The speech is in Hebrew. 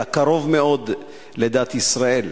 אלא קרוב מאוד לדת ישראל.